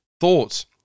thoughts